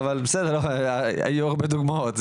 היו הרבה דוגמאות,